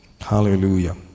Hallelujah